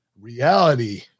reality